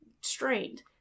strained